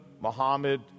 Muhammad